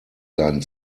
sein